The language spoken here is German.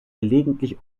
gelegentlich